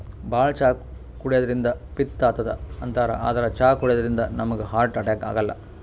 ಭಾಳ್ ಚಾ ಕುಡ್ಯದ್ರಿನ್ದ ಪಿತ್ತ್ ಆತದ್ ಅಂತಾರ್ ಆದ್ರ್ ಚಾ ಕುಡ್ಯದಿಂದ್ ನಮ್ಗ್ ಹಾರ್ಟ್ ಅಟ್ಯಾಕ್ ಆಗಲ್ಲ